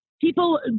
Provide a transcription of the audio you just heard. people